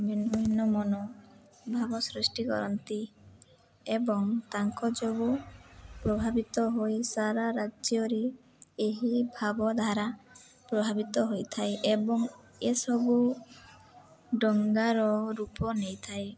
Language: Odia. ଭିନ୍ନ ଭିନ୍ନ ମନୋଭାବ ସୃଷ୍ଟି କରନ୍ତି ଏବଂ ତାଙ୍କ ଯବୁ ପ୍ରଭାବିତ ହୋଇ ସାରା ରାଜ୍ୟରେ ଏହି ଭାବଧାରା ପ୍ରଭାବିତ ହୋଇଥାଏ ଏବଂ ଏସବୁ ଦଙ୍ଗାର ରୂପ ନେଇଥାଏ